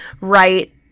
right